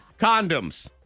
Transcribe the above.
Condoms